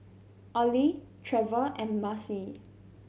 Ollie Trever and Marcy